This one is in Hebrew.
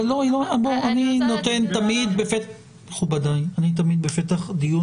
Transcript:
אני תמיד בפתח הדיון,